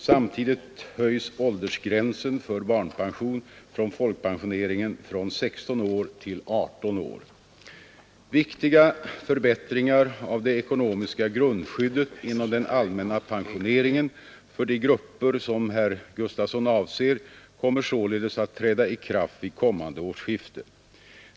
Samtidigt höjs åldersgränsen för barnpension från folkpensioneringen från 16 år till 18 år. Viktiga förbättringar av det ekonomiska grundskyddet inom den allmänna pensioneringen för de grupper som herr Gustavsson avser kommer således att träda i kraft vid kommande årsskifte.